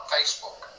Facebook